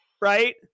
right